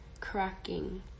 cracking